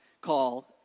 call